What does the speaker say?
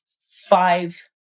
five